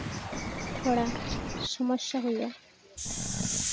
ᱛᱷᱚᱲᱟ ᱥᱚᱢᱚᱥᱥᱟ ᱦᱩᱭᱩᱜᱼᱟ